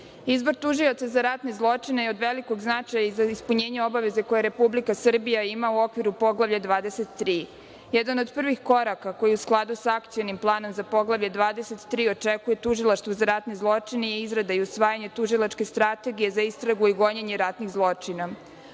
tužioca za ratne zločine je od velikog značaja i za ispunjenje obaveza koje Republika Srbija ima u okviru Poglavlja 23. Jedan od prvih koraka, koji je u skladu sa akcionim planom za Poglavlje 23, očekuje tužilaštvo za ratne zločine i izrada i usvajanje tužilačke strategije za istragu i gonjenje ratnih zločina.U